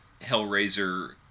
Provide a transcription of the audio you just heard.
Hellraiser